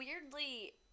weirdly